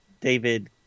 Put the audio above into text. David